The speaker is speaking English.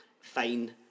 fine